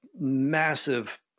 massive